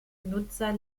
nutzer